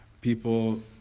People